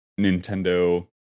Nintendo